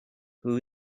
who